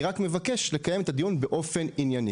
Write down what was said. אני רק מבקש לקיים את הדיון באופן ענייני.